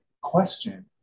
question